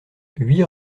huit